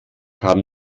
haben